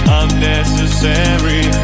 unnecessary